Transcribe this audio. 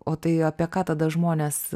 o tai apie ką tada žmonės